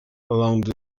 along